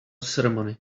ceremony